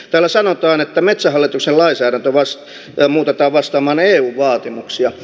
täällä sanotaan että metsähallituksen lainsäädäntö muutetaan vastaamaan eu vaatimuksia